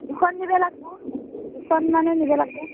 দুখন নিব লাগিব দুখনমানে নিব লাগিব